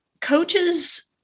coaches